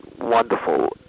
wonderful